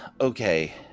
Okay